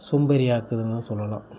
சோம்பேறி ஆக்குகிறதுன்னும் சொல்லலாம்